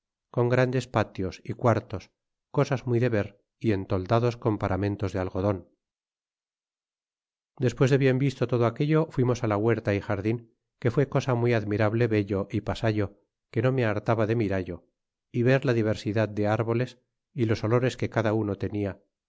con grandes patios é quartos cosas muy de ver y entoldados con paramentos de algodon despues de bien visto todo aquello fuimos la huerta y jardin que fué cosa muy admirable vello y pasallo que no me hartaba de mirallo y ver la diversidad de árboles y los olores que cada uno tenia